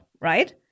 right